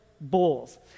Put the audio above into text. bowls